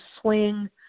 swing